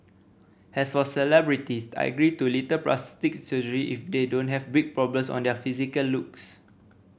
as for celebrities I agree to little plastic surgery if they don't have big problems on their physical looks